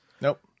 Nope